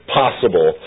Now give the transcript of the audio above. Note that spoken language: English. possible